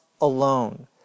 alone